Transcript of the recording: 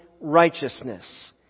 righteousness